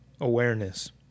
awareness